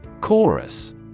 Chorus